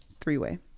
three-way